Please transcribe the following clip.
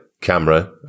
camera